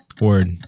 Word